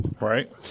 Right